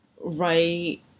right